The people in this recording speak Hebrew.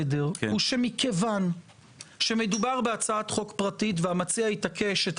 היא שמכיוון שמדובר בהצעת חוק פרטית והמציע התעקש שאת